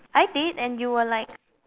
I did and you were like